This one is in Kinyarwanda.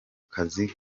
kazi